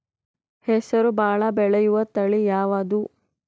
ಹೆಸರು ಭಾಳ ಬೆಳೆಯುವತಳಿ ಯಾವದು?